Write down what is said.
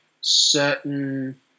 certain